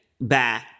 Bye